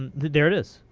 and there it is.